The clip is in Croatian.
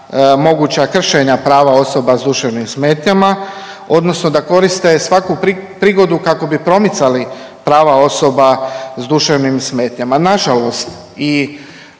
moguća kršenja prava osoba s duševnim smetnjama odnosno da koriste svaku prigodu kako bi promicali prava osoba s duševnim smetnjama. Nažalost i